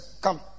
Come